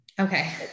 okay